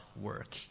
work